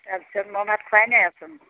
তাৰ পিছত মই ভাত খোৱাই নাইচোন